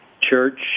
church